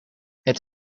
het